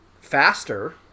faster